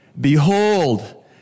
Behold